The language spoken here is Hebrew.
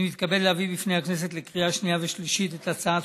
אני מתכבד להביא לפני הכנסת לקריאה שנייה ושלישית את הצעת